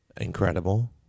incredible